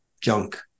junk